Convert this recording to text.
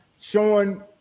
showing